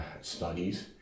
studies